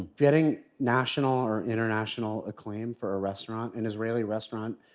getting national or international acclaim for a restaurant, an israeli restaurant,